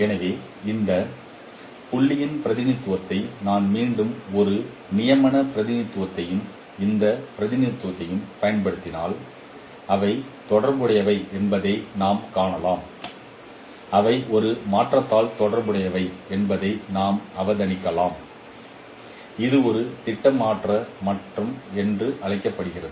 எனவே இந்த புள்ளியின் பிரதிநிதித்துவத்தை நான் மீண்டும் ஒரு நியமன பிரதிநிதித்துவத்தையும் இந்த பிரதிநிதித்துவத்தையும் பயன்படுத்தினால் அவை தொடர்புடையவை என்பதை நாம் காணலாம் அவை ஒரு மாற்றத்தால் தொடர்புடையவை என்பதை நாம் அவதானிக்கலாம் இது ஒரு திட்டமாற்ற மாற்றம் என்று அழைக்கப்படுகிறது